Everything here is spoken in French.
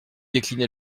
décliné